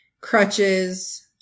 crutches